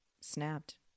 snapped